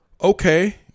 okay